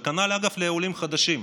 וכנ"ל, אגב, לעולים חדשים.